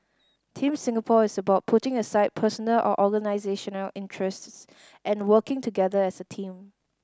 Team Singapore is about putting aside personal or organisational interests and working together as a team